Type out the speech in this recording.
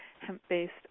hemp-based